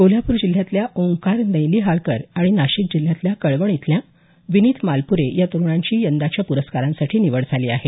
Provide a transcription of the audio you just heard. कोल्हाप्रर जिल्ह्यातल्या ओंकार नौलिहाळकर आणि नाशिक जिल्ह्यातल्या कळवण इथल्या विनीत मालप्रे या तरुणांची यंदाच्या पुरस्कारांसाठी निवड झाली आहे